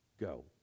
go